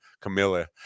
camilla